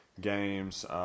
games